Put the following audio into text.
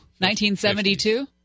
1972